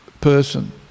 person